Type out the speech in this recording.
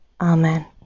Amen